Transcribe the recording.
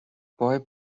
boy